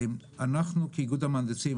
אנחנו כאיגוד המהנדסים,